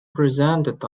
presented